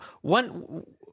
One